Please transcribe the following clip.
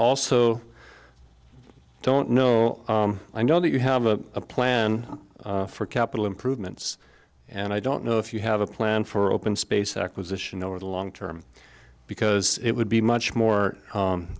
also i don't know i know that you have a plan for capital improvements and i don't know if you have a plan for open space acquisition over the long term because it would be much more